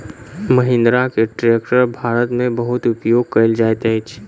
महिंद्रा के ट्रेक्टर भारत में बहुत उपयोग कयल जाइत अछि